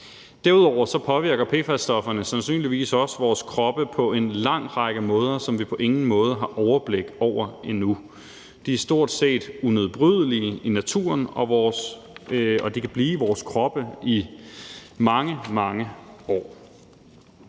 Derudover påvirker PFAS-stofferne sandsynligvis også vores kroppe på en lang række måder, som vi på ingen måde har overblik over endnu. De er stort set unedbrydelige i naturen, og de kan blive i vores kroppe i mange, mange år.